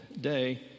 day